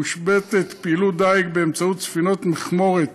מושבתת פעילות דיג באמצעות ספינות מכמורת